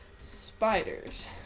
spiders